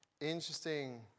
interesting